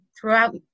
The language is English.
throughout